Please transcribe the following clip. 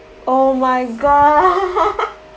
oh my god